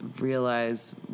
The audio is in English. Realize